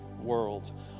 world